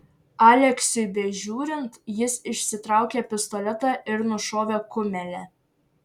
aleksiui bežiūrint jis išsitraukė pistoletą ir nušovė kumelę